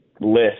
list